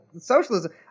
socialism